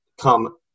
come